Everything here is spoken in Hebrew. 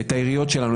את העיריות שלנו,